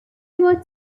about